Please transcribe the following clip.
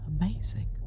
Amazing